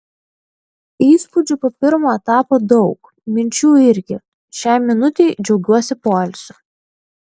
įspūdžių po pirmo etapo daug minčių irgi šiai minutei džiaugiuosi poilsiu